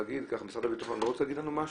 משרד הביטחון רוצה להגיד לנו משהו?